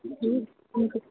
ହୁଁ ଠିକ୍ ଅଛି